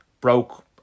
broke